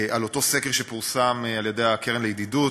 על אותו סקר שפורסם על-ידי הקרן לידידות,